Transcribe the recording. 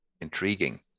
intriguing